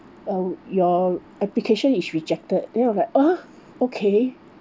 um your application is rejected then I'm like ah okay